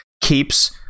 keeps